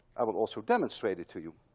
i will also demonstrate it to you.